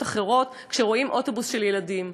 אחרות כשרואים אוטובוס של ילדים: